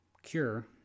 cure